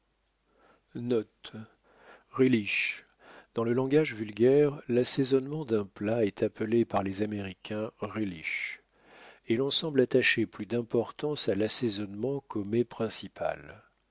dans le langage vulgaire l'assaisonnement d'un plat est appelé par les américains relish et l'on semble attacher plus d'importance à l'assaisonnement qu'au met principal